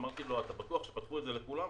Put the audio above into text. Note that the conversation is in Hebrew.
אמרתי לו, אתה בטוח שפתחו את זה לכולם?